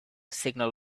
signal